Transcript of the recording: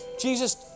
Jesus